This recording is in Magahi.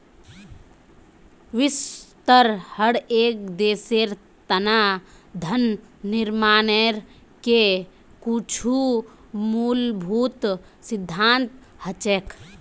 विश्वत हर एक देशेर तना धन निर्माणेर के कुछु मूलभूत सिद्धान्त हछेक